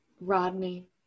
Rodney